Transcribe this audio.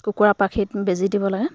কুকুৰাৰ পাখিত বেজী দিব লাগে